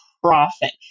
profit